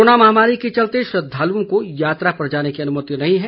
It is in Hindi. कोरोना महामारी के चलते श्रद्दालुओं को यात्रा पर जाने की अनुमति नहीं है